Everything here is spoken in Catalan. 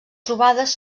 trobades